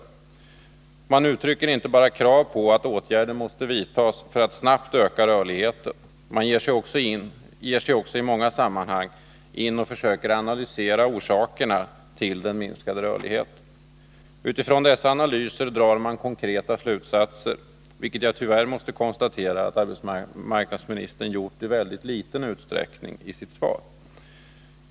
Man uttrycker inte bara krav på att åtgärder skall vidtas för att rörligheten snabbt skall kunna ökas, utan man ger sig också i många sammanhang in på analyser av orsakerna till den minskade rörligheten. Utifrån dessa drar man konkreta slutsatser, vilket jag tyvärr måste konstatera att arbetsmarknadsministern i väldigt liten utsträckning gjort i sitt svar.